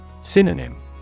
Synonym